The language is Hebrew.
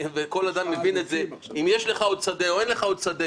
וכל אדם מבין את זה אם יש לך עוד שדה או אין לך עוד שדה